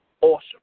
awesome